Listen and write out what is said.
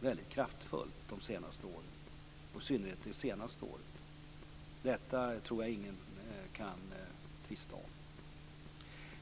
väldigt kraftfullt de senaste åren, i synnerhet det senaste året. Detta tror jag ingen kan tvista om.